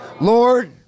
Lord